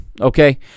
Okay